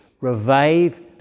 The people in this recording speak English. revive